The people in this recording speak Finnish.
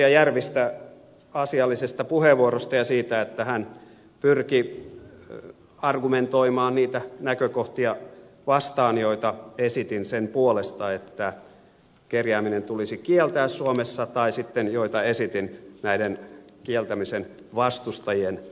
järvistä asiallisesta puheenvuorosta ja siitä että hän pyrki argumentoimaan niitä näkökohtia vastaan joita esitin sen puolesta että kerjääminen tulisi kieltää suomessa tai niitä näkökohtia vastaan joita esitin näiden kieltämisen vastustajien argumentteja vastaan